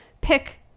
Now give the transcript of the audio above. pick